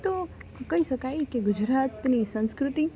તો કહી શકાય કે ગુજરાતની સંસ્કૃતિ